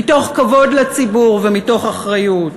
מתוך כבוד לציבור ומתוך אחריות.